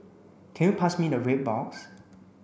can you pass me the red box